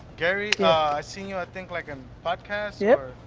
gary? ah i seen you i think like in podcasts. yep,